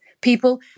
People